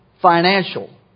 financial